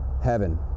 heaven